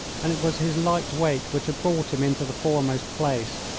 and it was his light weight which had brought him into the foremost place.